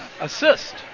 assist